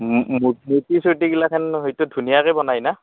মূ মূৰ মূৰ্তি চূৰ্তি গিলাখান হয়তো ধুনীয়াকৈ বনাই না